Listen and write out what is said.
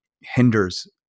hinders